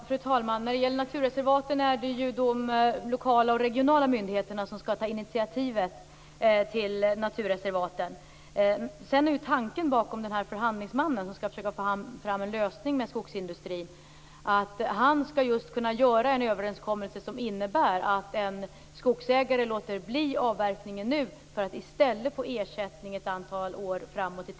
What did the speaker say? Fru talman! Det är de lokala och regionala myndigheterna som skall ta initiativ till naturreservat. Tanken bakom den här förhandlingsmannen, som skall försöka förhandla fram en lösning med skogsindustrin, är att han skall kunna göra en överenskommelse som innebär att en skogsägare låter bli en avverkning nu för att i stället få ersättning ett antal år framåt.